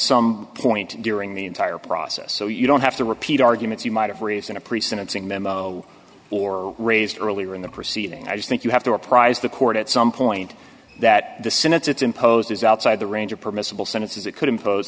some point during the entire process so you don't have to repeat arguments you might have raised in a pre sentencing memo or raised earlier in the proceeding i just think you have to apprise the court at some point that the senate's it's imposed is outside the range of permissible sentences it could impose